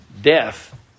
death